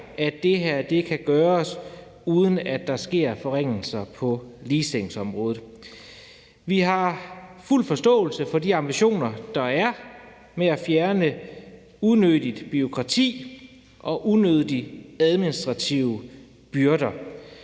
at det her kan gøres, uden at der sker forringelser på ligestillingsområdet. Vi har fuld forståelse for de ambitioner, der er med at fjerne unødigt bureaukrati og unødige administrative byrder,